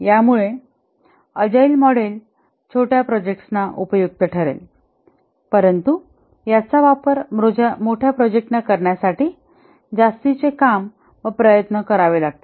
यामुळे agile model छोट्या प्रोजेक्टना उपयुक्त ठरेल परंतु याचा वापर मोठ्या प्रोजेक्टना करण्यासाठी जास्तीचे काम व प्रयत्न करावे लागतील